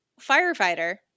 Firefighter